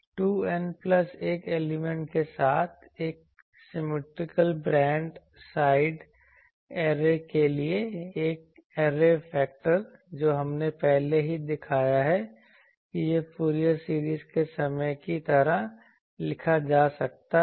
2N plus 1 element के साथ एक सिमिट्रिकल ब्रॉड साइड ऐरे के लिए ऐरे फेक्टर जो हमने पहले ही दिखाया है कि यह फूरियर सीरीज के समय की तरह लिखा जा सकता है